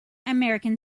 american